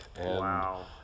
Wow